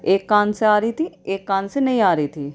ایک کان سے آ رہی تھی ایک کان سے نہیں آ رہی تھی